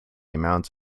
amount